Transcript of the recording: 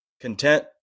content